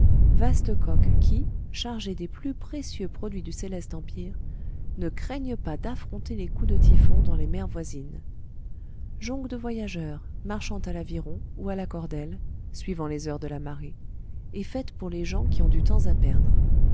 vastes coques qui chargées des plus précieux produits du céleste empire ne craignent pas d'affronter les coups de typhon dans les mers voisines jonques de voyageurs marchant à l'aviron ou à la cordelle suivant les heures de la marée et faites pour les gens qui ont du temps à perdre